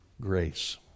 grace